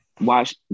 watch